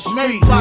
Street